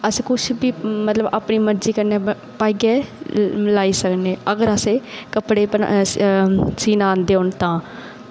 अस कुछ बी अपनी मरजी कन्नै पाइयै लाई सकने अगर असें कपड़े सीह्नां आंदे होन तां